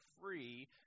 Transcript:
free